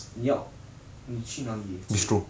你要你去哪里